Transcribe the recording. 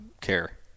care